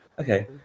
Okay